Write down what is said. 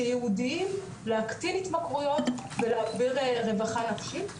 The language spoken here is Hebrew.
שייעודים להקטין התמכרויות ולהעביר רווחה נפשית,